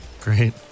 Great